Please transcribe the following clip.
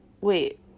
Wait